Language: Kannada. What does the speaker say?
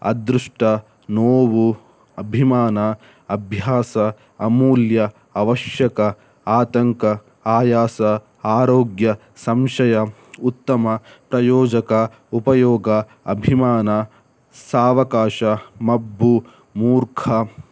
ಅದೃಷ್ಟ ನೋವು ಅಭಿಮಾನ ಅಭ್ಯಾಸ ಅಮೂಲ್ಯ ಅವಶ್ಯಕ ಆತಂಕ ಆಯಾಸ ಆರೋಗ್ಯ ಸಂಶಯ ಉತ್ತಮ ಪ್ರಯೋಜಕ ಉಪಯೋಗ ಅಭಿಮಾನ ಸಾವಕಾಶ ಮಬ್ಬು ಮೂರ್ಖ